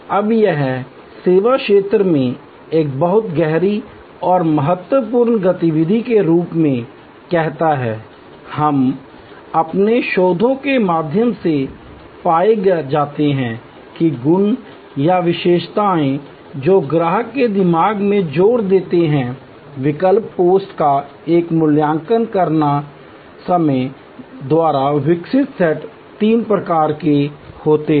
अब यह सेवा क्षेत्र में एक बहुत गहरी और महत्वपूर्ण गतिविधि के रूप में कहता है हम अपने शोधों के माध्यम से पाए जाते हैं कि गुण या विशेषताएँ जो ग्राहक के दिमाग में जोर देते हैं विकल्प पोस्ट का मूल्यांकन करते समय द्वारा विकसित सेट तीन प्रकार के होते हैं